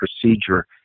procedure